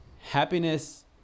happiness